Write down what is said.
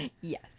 Yes